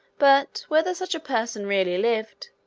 but, whether such a person really lived,